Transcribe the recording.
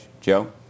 Joe